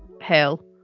hell